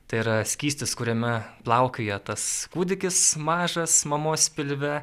tai yra skystis kuriame plaukioja tas kūdikis mažas mamos pilve